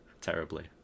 terribly